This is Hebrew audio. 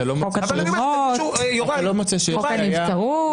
אתה לא מוצא בעיה